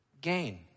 gain